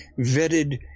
vetted